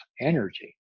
energy